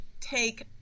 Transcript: take